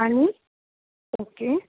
आनी ओके